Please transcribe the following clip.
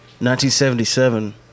1977